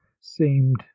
seemed